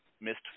missed